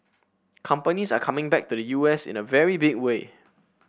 companies are coming back to the U S in a very big way